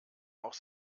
auch